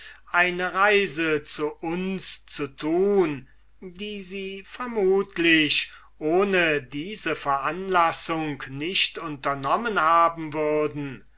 eine reise zu uns zu tun die sie vermutlich ohne diese veranlassung nicht unternommen haben würden